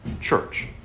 church